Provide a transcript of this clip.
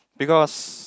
because